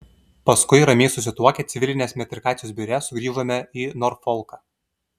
paskui ramiai susituokę civilinės metrikacijos biure sugrįžome į norfolką